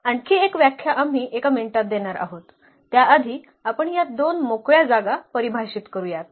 आणखी एक व्याख्या आम्ही एका मिनिटात देणार आहोत त्याआधी आपण या दोन मोकळ्या जागा परिभाषित करूयात